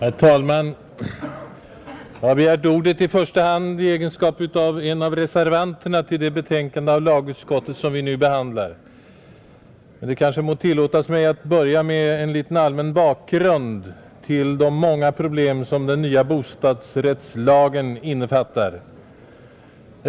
Fru talman! Jag har begärt ordet i första hand i egenskap av en av reservanterna till det betänkande av lagutskottet som vi nu behandlar, Det kanske må tillåtas mig att börja med att ge en allmän bakgrund till de många problem som den nya bostadsrättslagen innefattar.